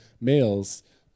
males